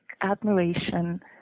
admiration